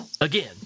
again